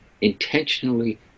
intentionally